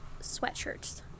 sweatshirts